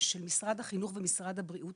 של משרד החינוך ושל משרד הבריאות.